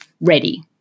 ready